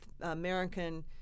American